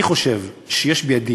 אני חושב שיש בידי